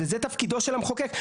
וזה תפקידו של המחוקק,